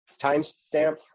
timestamp